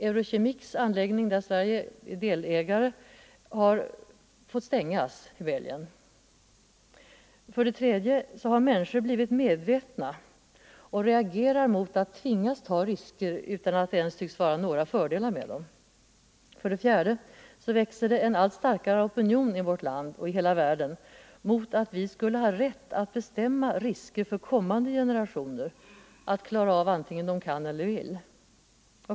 Eurochemics anläggning i Bel 155 gien, där Sverige är delägare, har fått stängas. För det tredje har människorna blivit medvetna om riskerna och reagerar mot att tvingas ta sådana utan att det ens tycks vara några fördelar med dem. För det fjärde växer det fram en allt starkare opinion i vårt land och i hela världen mot att vår generation skulle ha rätt att bestämma risker för kommande generationer som de måste klara av antingen de kan eller vill.